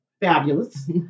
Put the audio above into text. fabulous